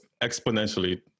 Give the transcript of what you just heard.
exponentially